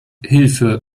hilfe